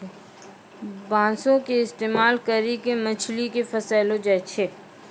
बांसो के इस्तेमाल करि के मछली के फसैलो जाय छै